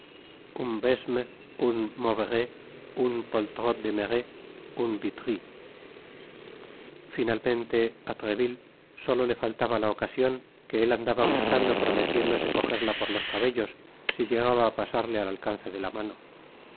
un besme un maurevers un poltrot demeré un vitry finalmente á treville solo le faltaba la ocasion que él andaba buscando prometiéndose cojerla por los cabellos si llegaba á pasarle al alcance de la mano por